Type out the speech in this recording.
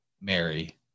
mary